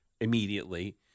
immediately